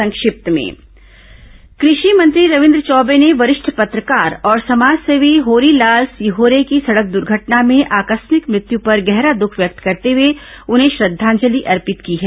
संक्षिप्त समाचार कृषि मंत्री रविन्द्र चौबे ने वरिष्ठ पत्रकार और समाजसेवी होरीलाल सिहोरे की सड़क दुर्घटना में आकस्मिक मृत्यु पर गहरा दुख व्यक्त करते हुए उन्हें श्रद्वांजलि अर्पित की है